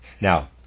Now